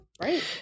Right